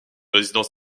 résidence